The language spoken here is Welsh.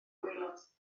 gwaelod